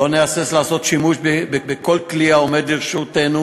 לא נהסס לעשות שימוש בכל כלי העומד לרשותנו